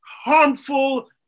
harmful